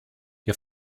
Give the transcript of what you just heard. wir